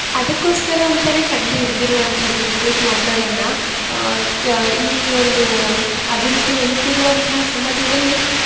ಅದಕ್ಕೋಸ್ಕರ ಅಂತಾನೆ ಕಂಡು ಹಿಡ್ದಿರುವಂಥದ್ದು ವಿದ್ಯುತ್ ಮೋಟರನ್ನು ಕ ಈ ಒಂದೂ ಅಭಿವೃದ್ದಿ ಹೊಂದ್ತಿರುವಂಥ ಸಮಾಜದಲ್ಲಿ